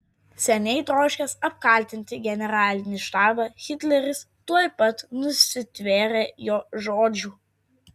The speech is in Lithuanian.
seniai troškęs apkaltinti generalinį štabą hitleris tuoj pat nusitvėrė jo žodžių